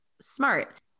smart